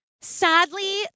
sadly